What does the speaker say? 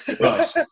Right